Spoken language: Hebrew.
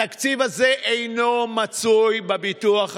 התקציב הזה אינו מצוי בביטוח הלאומי,